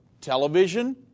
television